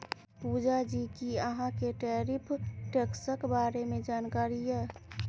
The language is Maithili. पुजा जी कि अहाँ केँ टैरिफ टैक्सक बारे मे जानकारी यै?